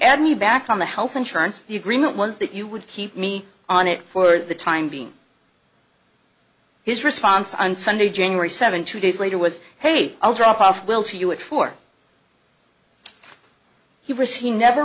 add me back on the health insurance the agreement was that you would keep me on it for the time being his response on sunday january seventh two days later was hey i'll drop off will to you at four he was he never